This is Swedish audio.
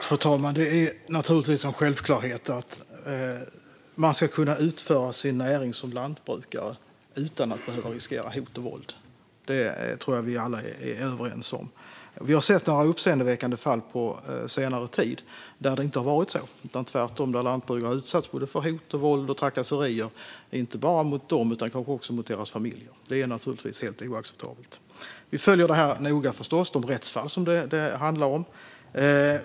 Fru talman! Man ska givetvis kunna utföra sin näring som lantbrukare utan att behöva riskera hot och våld. Det tror jag att vi alla är överens om. Men i några uppseendeväckande fall på senare tid har lantbrukare utsatts för hot, våld och trakasserier, och inte bara de utan även deras familjer, vilket givetvis är helt oacceptabelt. Vi följer förstås dessa rättsfall noga.